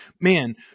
Man